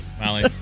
Molly